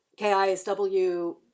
KISW